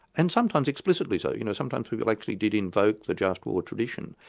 and sometimes explicitly so. you know, sometimes people actually did invoke the just war tradition.